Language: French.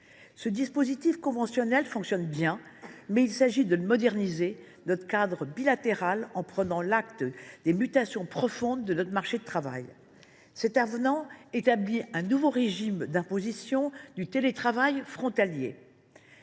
ce dispositif conventionnel fonctionne bien, le présent avenant permettra de moderniser notre cadre bilatéral en prenant acte des mutations profondes de notre marché du travail. Cet avenant établit un nouveau régime d’imposition du télétravail frontalier.